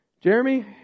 Jeremy